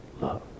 love